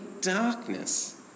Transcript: darkness